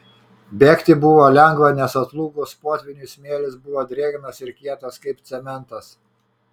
bėgti buvo lengva nes atslūgus potvyniui smėlis buvo drėgnas ir kietas kaip cementas